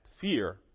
fear